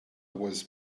was